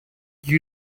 you